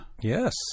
Yes